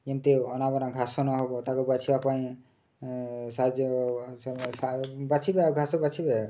ଏମିତି ଅନାବନା ଘାସ ନ ହେବ ତାକୁ ବାଛିବା ପାଇଁ ସାହାଯ୍ୟ ବାଛିବେ ଆଉ ଘାସ ବାଛିବେ